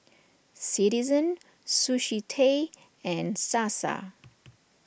Citizen Sushi Tei and Sasa